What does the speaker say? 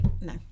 No